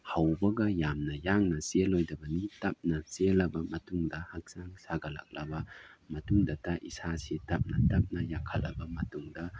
ꯍꯧꯕꯒ ꯌꯥꯝꯅ ꯌꯥꯡꯅ ꯆꯦꯜꯂꯣꯏꯗꯕꯅꯤ ꯇꯞꯅ ꯆꯦꯜꯂꯕ ꯃꯇꯨꯡꯗ ꯍꯛꯆꯥꯡ ꯁꯥꯒꯠꯂꯛꯂꯕ ꯃꯇꯨꯡꯗꯇ ꯏꯁꯥꯁꯤ ꯇꯞꯅ ꯇꯞꯅ ꯌꯥꯡꯈꯠꯂꯕ ꯃꯇꯨꯡꯗ